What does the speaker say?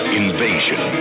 invasion